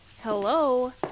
Hello